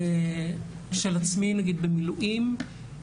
של עצמי, נגיד, במילואים.